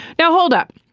now hold up.